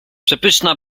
przepyszna